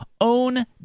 own